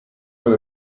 per